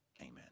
Amen